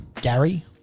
Gary